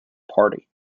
party